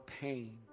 pain